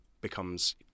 becomes